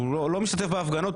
שהוא לא משתתף בהפגנות,